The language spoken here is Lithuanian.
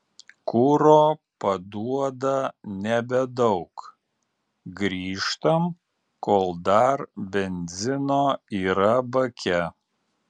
kuro paduoda nebedaug grįžtam kol dar benzino yra bake